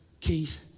Keith